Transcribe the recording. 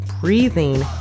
breathing